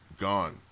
gone